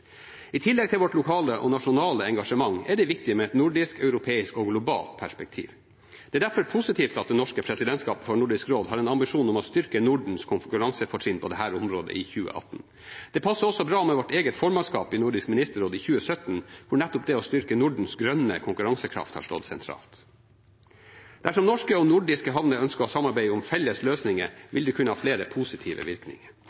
I tillegg til vårt lokale og nasjonale engasjement er det viktig med et nordisk, europeisk og globalt perspektiv. Det er derfor positivt at det norske presidentskapet i Nordisk råd har en ambisjon om å styrke Nordens konkurransefortrinn på dette området i 2018. Det passer også bra med vårt eget formannskap i Nordisk ministerråd i 2017, hvor nettopp det å styrke Nordens grønne konkurransekraft har stått sentralt. Dersom norske og nordiske havner ønsker å samarbeide om felles løsninger, vil det kunne ha flere positive virkninger.